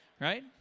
right